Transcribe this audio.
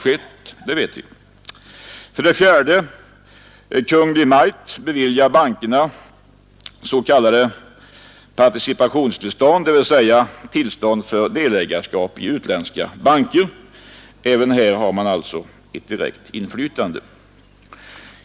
Kungl. Maj:t beviljar bankerna s.k. participationstillstånd, dvs. tillstånd för delägarskap i utländska banker. Även här har alltså staten ett direkt inflytande.